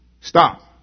Stop